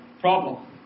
problem